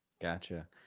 Gotcha